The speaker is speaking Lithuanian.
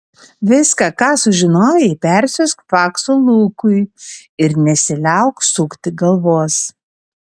viską ką sužinojai persiųsk faksu lukui ir nesiliauk sukti galvos